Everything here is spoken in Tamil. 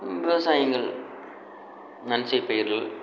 விவசாயங்கள் நன்செய் பயிர்கள்